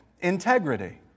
integrity